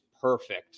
perfect